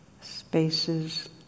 spaces